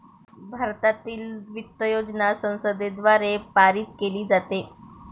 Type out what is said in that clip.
भारतातील वित्त योजना संसदेद्वारे पारित केली जाते